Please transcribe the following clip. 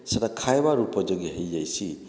ସେଇଟା ଖାଇବାର୍ ଉପଯୋଗୀ ହେଇ ଯାଇସି